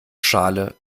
schale